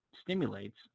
stimulates